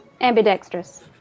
Ambidextrous